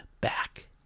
back